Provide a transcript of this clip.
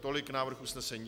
Tolik návrh usnesení.